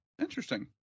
Interesting